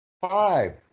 five